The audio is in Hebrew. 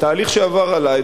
התהליך שעבר עלי,